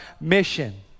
mission